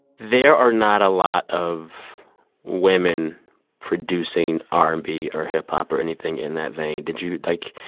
there are not a lot of women producing r and b or hip-hop or anything in that vein. did you like,